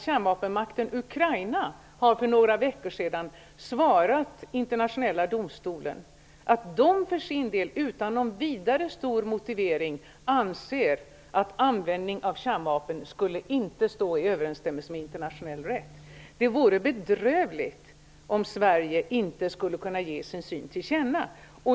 Kärnvapenmakten Ukraina har för några veckor sedan svarat Internationella domstolen att det för sin del utan någon stor motivering anser att användning av kärnvapen inte skulle stå i överensstämmelse med internationell rätt. Det vore bedrövligt om Sverige inte skulle kunna ge sin syn till känna.